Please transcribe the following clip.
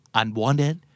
unwanted